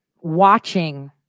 watching